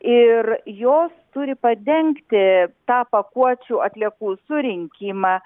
ir jos turi padengti tą pakuočių atliekų surinkimą